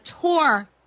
tour